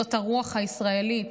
זאת הרוח הישראלית,